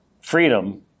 freedom